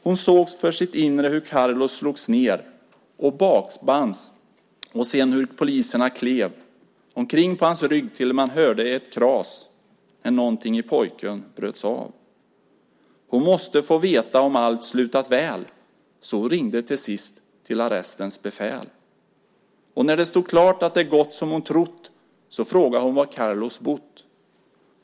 Hon såg för sitt inre hur Carlos slogs ner, och bakbands och sen hur poliserna klev omkring på hans rygg tills man hörde ett kras när nånting i pojken bröts av. Hon måste få veta om allt slutat väl, så hon ringde till sist till arrestens befäl. Och när det stod klart att det gått som hon trott så fråga' hon var Carlos bott.